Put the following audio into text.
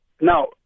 Now